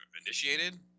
initiated